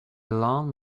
lawn